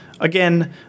Again